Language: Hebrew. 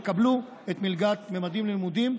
יקבלו את מלגת ממדים ללימודים,